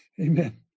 Amen